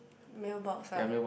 mail box ah